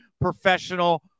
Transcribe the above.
professional